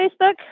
Facebook